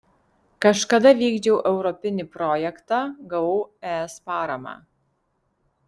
kažkada vykdžiau europinį projektą gavau es paramą